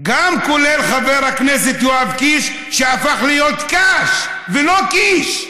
כולל חבר הכנסת יואב קיש, שהפך להיות קש ולא קיש,